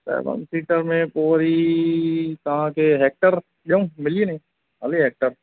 seven seater में पोइ वरी तव्हांखे हेक्टर ॾियूं मिली वञे हले हेक्टर